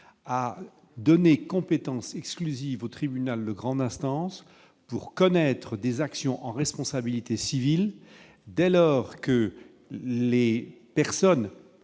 à donner compétence exclusive au tribunal de grande instance pour connaître des actions en responsabilité civile dès lors que les personnes